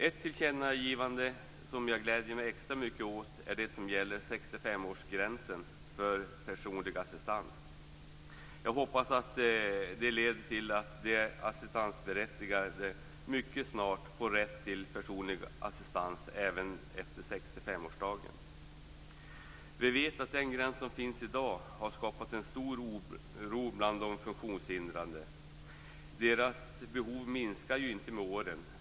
Ett tillkännagivande som jag gläder mig extra mycket åt är det som gäller 65-årsgränsen för personlig assistans. Jag hoppas att detta leder till att de assistansberättigade mycket snart får rätt till personlig assistans även efter 65-årsdagen. Vi vet att den gräns som finns i dag har skapat en stor oro bland de funktionshindrade. Deras behov minskar ju inte med åren.